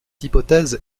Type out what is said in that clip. hypothèse